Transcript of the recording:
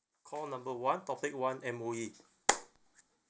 call number one topic one M_O_E